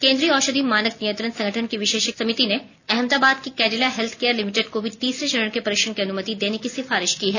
केन्द्रीय औषधि मानक नियंत्रक संगठन की विशेषज्ञ समिति ने अहमदाबाद की कैंडिला हेल्थिकेयर लिमिटेड को भी तीसरे चरण के परीक्षण की अनुमति देने की सिफारिश की है